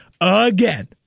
again